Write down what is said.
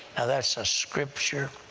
that's a scripture!